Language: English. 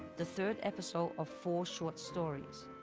the third episode ofour short stories.